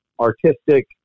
artistic